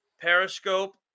Periscope